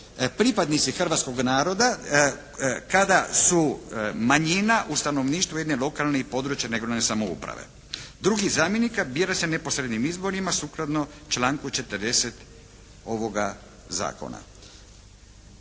pripadnici hrvatskog naroda kada su manjina u stanovništvu jedne lokalne i područne (regionalne) samouprave. Drugog zamjenika bira se neposrednim izborima sukladno članku 40. ovoga zakona.